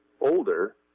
older